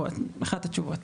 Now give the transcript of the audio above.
או אחת התשובות.